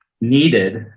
needed